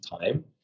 time